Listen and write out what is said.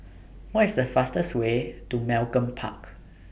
What IS The fastest Way to Malcolm Park